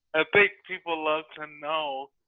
ah think people love to know